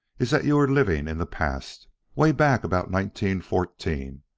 is that you are living in the past way back about nineteen fourteen,